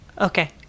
Okay